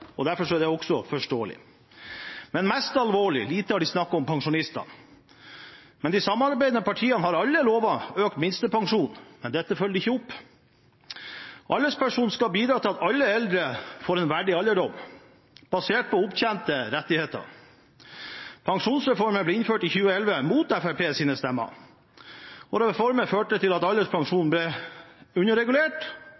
Derfor er det også forståelig. Men mest alvorlig – lite har de snakket om pensjonistene. De samarbeidende partiene har alle lovet økt minstepensjon, men dette følger de ikke opp. Alderspensjon skal bidra til at alle eldre får en verdig alderdom basert på opptjente rettigheter. Pensjonsreformen ble innført i 2011, mot Fremskrittspartiets stemmer, og reformen førte til at